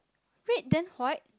red then white